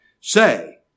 say